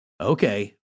Okay